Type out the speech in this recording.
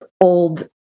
old